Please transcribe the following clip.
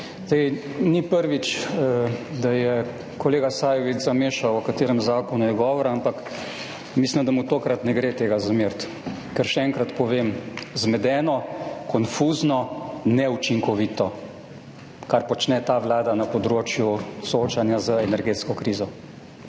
ni prvič, da je kolega Sajovic zamešal o katerem zakonu je govora, ampak mislim, da mu tokrat ne gre tega zameriti. Ker, še enkrat povem, zmedeno, konfuzno, neučinkovito, kar počne ta Vlada na področju soočanja z energetsko krizo.